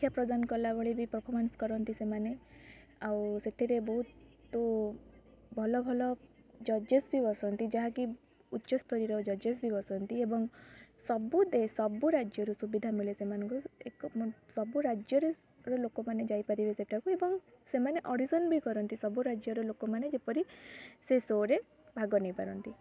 ଶିକ୍ଷା ପ୍ରଦାନ କଲା ଭଳି ବି ପ୍ରଫମାନ୍ସ୍ କରନ୍ତି ସେମାନେ ଆଉ ସେଥିରେ ବହୁତ ଭଲ ଭଲ ଜଜେସ୍ ବି ବସନ୍ତି ଯାହାକି ଉଚ୍ଚସ୍ତରୀୟ ଜଜେସ୍ ବି ବସନ୍ତି ଏବଂ ସବୁ ସବୁ ରାଜ୍ୟରୁ ସୁବିଧା ମିଳେ ସେମାନଙ୍କୁ ଏକ ସବୁ ରାଜ୍ୟରେ ସବୁର ଲୋକମାନେ ଯାଇପାରିବେ ସେଠାକୁ ଏବଂ ସେମାନେ ଅଡ଼ିସନ୍ ବି କରନ୍ତି ସବୁ ରାଜ୍ୟର ଲୋକମାନେ ଯେପରି ସେ ଶୋରେ ଭାଗ ନେଇପାରନ୍ତି